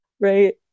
right